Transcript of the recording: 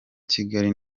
kigali